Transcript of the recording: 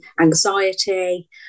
anxiety